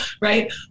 right